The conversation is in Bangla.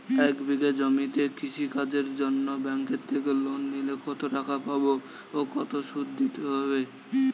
এক বিঘে জমিতে কৃষি কাজের জন্য ব্যাঙ্কের থেকে লোন নিলে কত টাকা পাবো ও কত শুধু দিতে হবে?